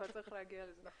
אבל צריך להגיע לזה.